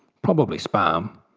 probably spam.